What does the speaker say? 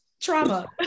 trauma